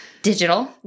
Digital